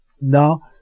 now